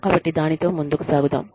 కాబట్టి దానితో ముందుకు సాగుదాం